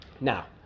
Now